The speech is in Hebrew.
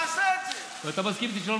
אז גם אין כסף לעשות עוד סבסוד בתרופות,